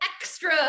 extra